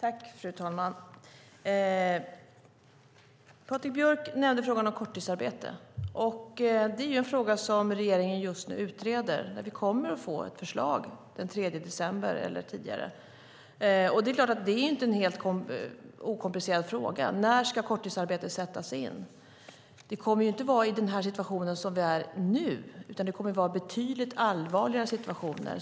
Fru talman! Patrik Björck nämnde frågan om korttidsarbete, och det är en fråga som regeringen just nu utreder. Vi kommer att få förslag den 3 december eller tidigare. Det är klart att det inte är en okomplicerad fråga när korttidsarbete ska sättas in. Det kommer inte att vara i den situation som vi är i nu, utan det kommer att vara i betydligt allvarligare situationer.